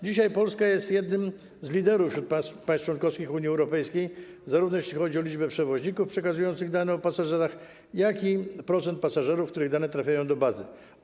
Dzisiaj Polska jest jednym z liderów wśród państw członkowskich Unii Europejskiej, zarówno jeśli chodzi o liczbę przewoźników przekazujących dane o pasażerach, jak i o procent pasażerów, których dane trafiają do bazy.